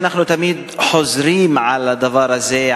שאנחנו תמיד חוזרים על הדבר הזה,